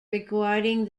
regarding